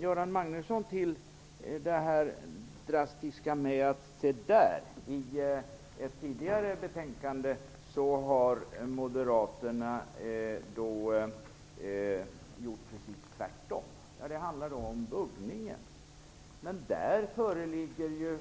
Göran Magnusson tog till det drastiska: Se där - i ett tidigare betänkande har moderaterna gjort precis tvärtom. Det handlade då om buggningen. Men där föreligger ju